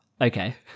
okay